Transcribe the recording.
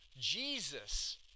Jesus